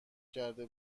کرده